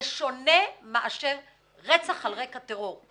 זה שונה מאשר רצח על רקע טרור,